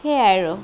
সেয়াই আৰু